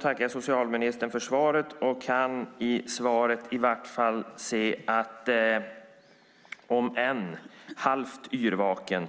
tackar jag socialministern för svaret och kan i vart fall av svaret se att han verkar halvt yrvaken.